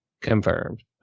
confirmed